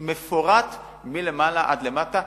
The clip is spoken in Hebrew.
מפורט מלמעלה ועד למטה.